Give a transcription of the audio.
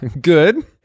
Good